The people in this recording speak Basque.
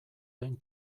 den